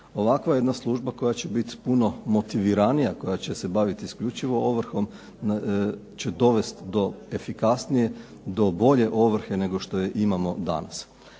Ovakva jedna služba koja će biti puno motiviranija, koja će se bavit isključivo ovrhom će dovest do efikasnije, do bolje ovrhe nego što je imamo danas.